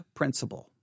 principle